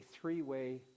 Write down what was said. three-way